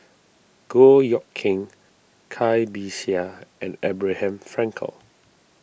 Goh Eck Kheng Cai Bixia and Abraham Frankel